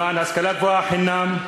למען השכלה גבוהה חינם,